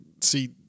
see